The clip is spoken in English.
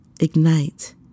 ignite